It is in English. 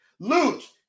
Luch